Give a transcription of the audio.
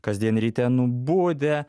kasdien ryte nubudę